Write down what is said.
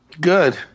Good